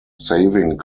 saving